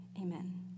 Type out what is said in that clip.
Amen